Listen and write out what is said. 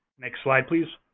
next slide, please.